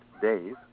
days